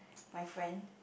my friend